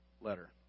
Letter